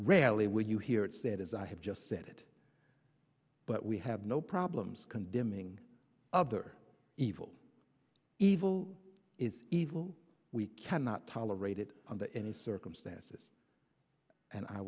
rarely will you hear it said as i have just said it but we have no problems condemning other evil evil is evil we cannot tolerate it any circumstances and i